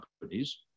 companies